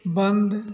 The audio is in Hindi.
बंद